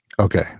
Okay